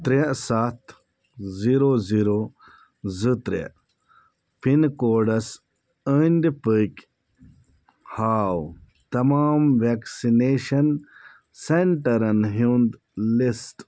ترے سَتھ zero zero زٕ ترے پِن کوڈس انٛدۍ پٔکۍ ہاو تمام ویکِسنیشن سینٹرن ہُنٛد لسٹ